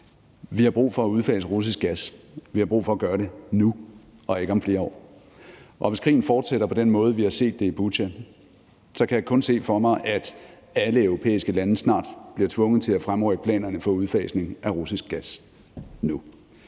Vi har brug for at udfase russisk gas, vi har brug for at gøre det nu og ikke om flere år, og hvis krigen fortsætter på den måde, vi har set det i Butja, kan jeg kun se for mig, at alle europæiske lande bliver tvunget til at fremrykke planerne for udfasning af russisk gas nu.